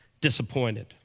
disappointed